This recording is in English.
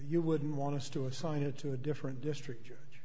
you wouldn't want to assign it to a different district judge